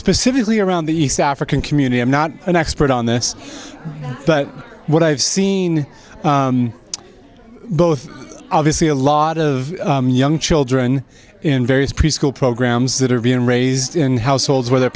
specifically around the east african community i'm not an expert on this but what i have seen both obviously a lot of young children in various preschool programs that are being raised in households where their